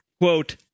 quote